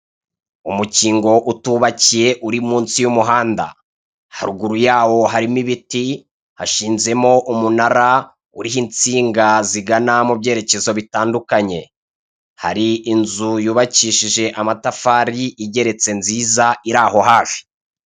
Umukingo utubakiye uri munsi y'umuhanda, haruguru hawo harimo ibiti hashinzemo umunara uriho insinga zigana mubyerekezo bitandukanye. Hari inzu yubakishije amatafari igeretse nziza iraho hafi.